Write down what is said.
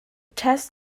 test